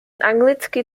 anglický